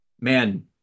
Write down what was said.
man